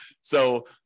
So-